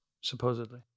supposedly